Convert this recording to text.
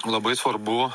labai svarbu